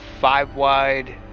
five-wide